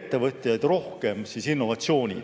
ettevõtjaid rohkem innovatsiooni